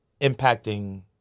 impacting